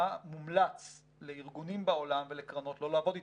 מומלץ לארגונים בעולם ולקרנות לא לעבוד איתם.